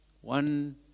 One